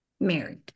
married